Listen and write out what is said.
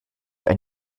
ein